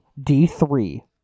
D3